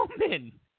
woman